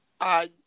I